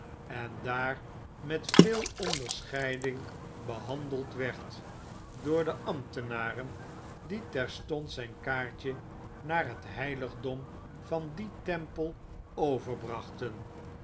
en daar met zeer veel oladerscheiding behandeld werd door de ambtenaren die terstond zyn kaartje naar het heiligdom van difen tempel